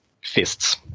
fists